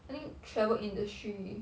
I think travel industry